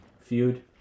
feud